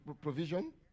provision